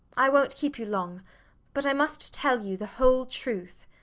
i wont keep you long but i must tell you the whole truth.